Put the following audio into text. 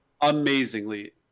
amazingly